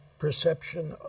perception